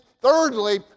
thirdly